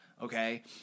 okay